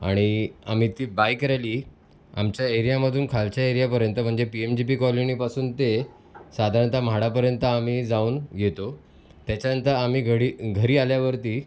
आणि आम्ही ती बाइक रॅली आमच्या एरियामधून खालच्या एरियापर्यंत म्हणजे पी एम जी पी कॉलनीपासून ते साधारणतः म्हाडापर्यंत आम्ही जाऊन येतो त्याच्यानंतर आम्ही घडी घरी आल्यावरती